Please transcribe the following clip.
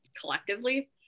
collectively